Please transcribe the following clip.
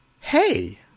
hey